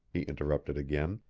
he interrupted again.